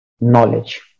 knowledge